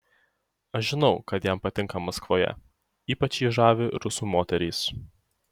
aš žinau kad jam patinka maskvoje ypač jį žavi rusų moterys